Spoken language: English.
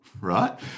right